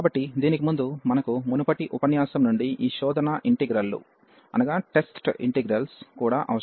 కాబట్టి దీనికి ముందు మనకు మునుపటి ఉపన్యాసం నుండి ఈ టెస్ట్ ఇంటిగ్రల్ లు కూడా అవసరం